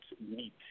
meat